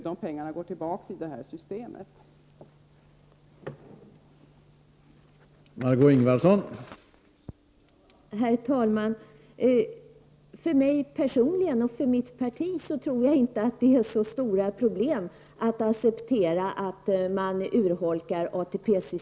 De pengarna går i det här systemet tillbaka.